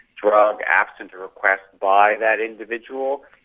drug absent to request by that individual.